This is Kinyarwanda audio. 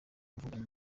kuvugana